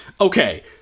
Okay